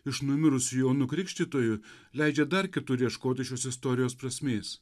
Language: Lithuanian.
iš numirusių jonu krikštytoju leidžia dar kitur ieškoti šios istorijos prasmės